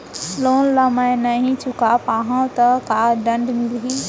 Loan ला मैं नही चुका पाहव त का दण्ड मिलही?